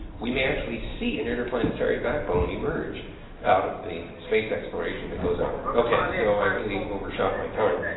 we may actually see an interplanetary backbone emerge out of the space exploration that goes on. okay. so i really overshot my time.